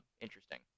Interesting